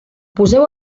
poseu